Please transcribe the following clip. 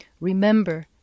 Remember